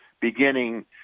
beginning